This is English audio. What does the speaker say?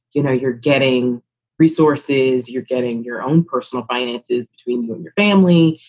you know, you're getting resources, you're getting your own personal finances between your your family,